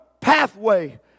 pathway